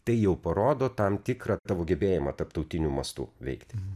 tai jau parodo tam tikrą tavo gebėjimą tarptautiniu mastu veikti